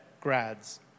grads